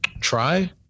Try